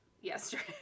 yesterday